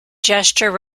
gesture